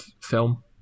film